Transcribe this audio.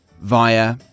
via